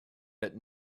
that